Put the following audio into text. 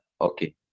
Okay